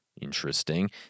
Interesting